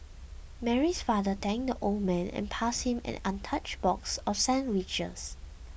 Mary's father thanked the old man and passed him an untouched box of sandwiches